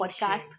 Podcast